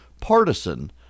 partisan